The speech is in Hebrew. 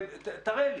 תראה לי.